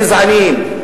גזענים,